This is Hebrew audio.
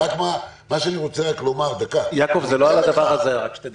יעקב, זה לא על הדבר הזה, רק שתדע.